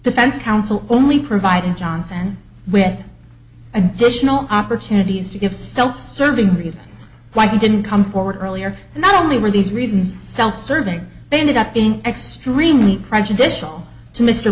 defense counsel only provided johnson with additional opportunities to give self serving reasons why he didn't come forward earlier and not only were these reasons self serving they ended up being extremely prejudicial to mr